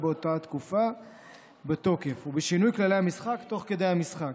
באותה תקופה בתוקף ובשינוי כללי המשחק תוך כדי משחק.